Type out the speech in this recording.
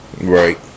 Right